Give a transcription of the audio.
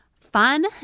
fun